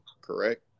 correct